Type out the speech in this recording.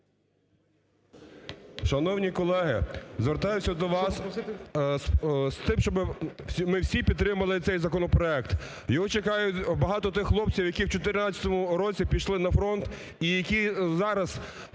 Шановні колеги, звертаюся до вас з тим, щоби ми всі підтримали цей законопроект, його чекають багато тих хлопців, які в 2014 році пішли на фронт і які зараз,